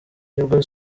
nibwo